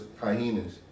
hyenas